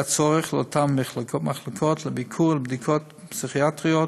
הצורך לאותן מחלקות לביקור ולבדיקות פסיכיאטריות,